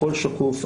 הכול שקוף,